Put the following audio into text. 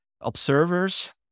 Observers